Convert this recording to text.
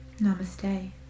Namaste